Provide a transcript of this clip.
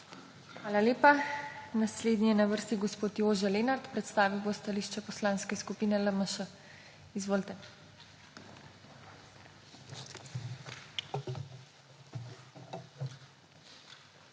Hvala lepa. Naslednji je na vrsti gospod Jože Lenart, predstavil bo stališče Poslanke skupine LMŠ. Izvolite. **JOŽE